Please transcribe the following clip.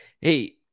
hey